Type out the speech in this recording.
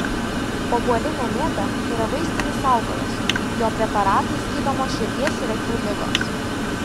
obuolinė mėta yra vaistinis augalas jo preparatais gydomos širdies ir akių ligos